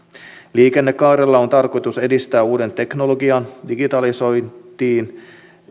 liikennekaarella on tarkoitus edistää uuden teknologian digitalisoinnin